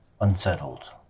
unsettled